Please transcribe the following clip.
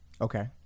okay